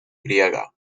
griega